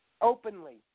openly